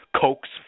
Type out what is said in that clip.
Coke's